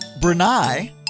Brunei